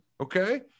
Okay